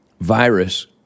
virus